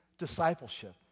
discipleship